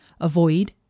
avoid